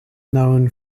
known